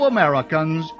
Americans